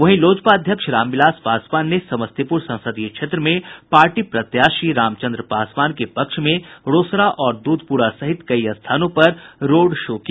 वहीं लोजपा अध्यक्ष रामविलास पासवान ने समस्तीपुर संसदीय क्षेत्र में पार्टी के प्रत्याशी रामचन्द्र पासवान के पक्ष में रोसड़ा और दूधपुरा सहित कई स्थानों पर रोड शो किया